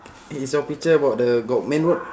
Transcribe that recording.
i~ is your picture about the got main road